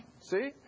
See